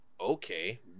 Okay